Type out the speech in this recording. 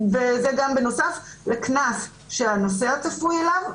זה בנוסף לקנס שהנוסע צפוי אליו.